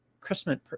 Christmas